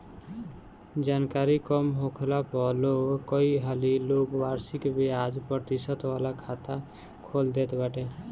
जानकरी कम होखला पअ लोग कई हाली लोग वार्षिक बियाज प्रतिशत वाला खाता खोल देत बाटे